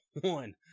one